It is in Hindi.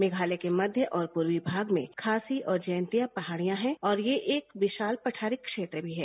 मेघालय के मध्य और पूर्वी भाग में खासी और जयांतिया पहाड़ियां है और यह एक विशाल पवारी बेत्र भी है